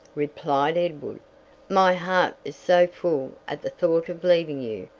replied edward my heart is so full at the thought of leaving you,